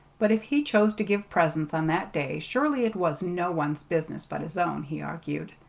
but if he chose to give presents on that day, surely it was no one's business but his own, he argued.